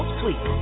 sweet